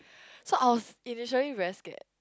so I was initially very scared